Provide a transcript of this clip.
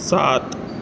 سات